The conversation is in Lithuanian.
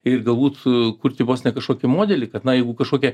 ir galbūt sukurti vos ne kažkokį modelį kad na jeigu kažkokia